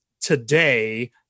today